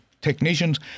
technicians